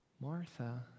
Martha